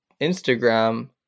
Instagram